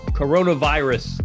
coronavirus